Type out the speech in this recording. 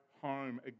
home